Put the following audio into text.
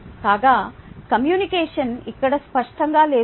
కాగా కమ్యూనికేషన్ ఇక్కడ స్పష్టంగా లేదు